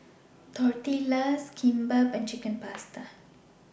Tortillas Kimbap and Chicken Pasta